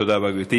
תודה רבה, גברתי.